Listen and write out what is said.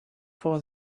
for